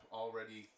already